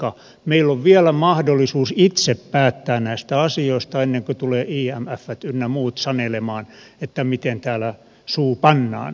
meillä on vielä mahdollisuus itse päättää näistä asioista ennen kuin tulevat imft ynnä muut sanelemaan miten täällä suu pannaan